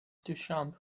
duchamp